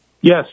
Yes